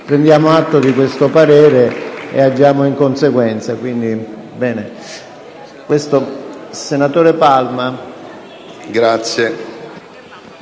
Prendiamo atto di questo parere e agiamo di conseguenza.